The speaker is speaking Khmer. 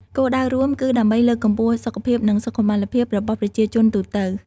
គោលដៅរួមគឺដើម្បីលើកកម្ពស់សុខភាពនិងសុខុមាលភាពរបស់ប្រជាជនទូទៅ។